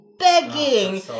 begging